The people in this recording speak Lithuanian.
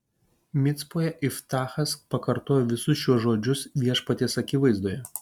micpoje iftachas pakartojo visus šiuos žodžius viešpaties akivaizdoje